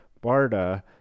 BARDA